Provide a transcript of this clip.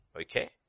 Okay